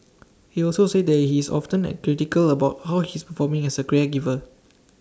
he also said that he is often A critical about how he is performing as A caregiver